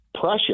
pressure